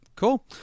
cool